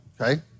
Okay